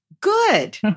good